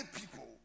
people